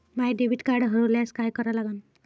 माय debit card हरोल्यास काय करा लागन?